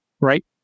right